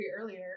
earlier